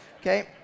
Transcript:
Okay